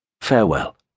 Farewell